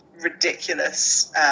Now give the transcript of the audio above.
ridiculous